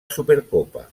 supercopa